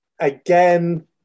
Again